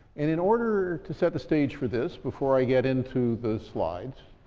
and in order to set the stage for this, before i get into the slides,